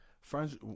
friends